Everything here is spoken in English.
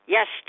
Yes